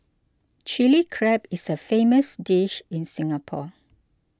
Chilli Crab is a famous dish in Singapore